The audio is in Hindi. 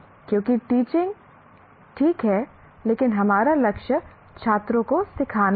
क्योंकि टीचिंग ठीक है लेकिन हमारा लक्ष्य छात्रों को सिखाना है